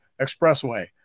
expressway